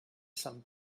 sant